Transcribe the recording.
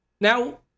now